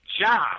job